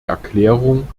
erklärung